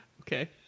Okay